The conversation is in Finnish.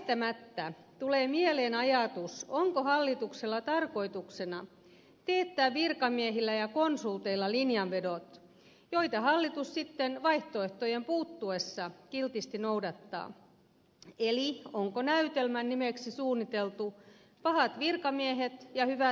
väistämättä tulee mieleen ajatus onko hallituksella tarkoituksena teettää virkamiehillä ja konsulteilla linjanvedot joita hallitus sitten vaihtoehtojen puuttuessa kiltisti noudattaa eli onko näytelmän nimeksi suunniteltu pahat virkamiehet ja hyvät ministerit